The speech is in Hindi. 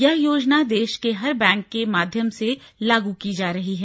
यह योजना देश के हर बैंक के माध्यम से लागू की जा रही है